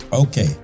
Okay